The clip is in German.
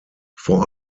vor